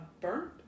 burnt